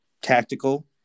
tactical